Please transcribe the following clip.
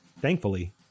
Thankfully